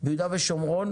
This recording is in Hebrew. ביהודה ושומרון